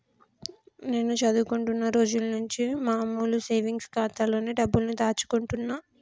నేను చదువుకుంటున్న రోజులనుంచి మామూలు సేవింగ్స్ ఖాతాలోనే డబ్బుల్ని దాచుకుంటున్నా